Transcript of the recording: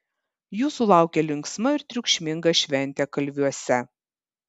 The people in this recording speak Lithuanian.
jūsų laukia linksma ir triukšminga šventė kalviuose